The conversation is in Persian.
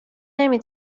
نمی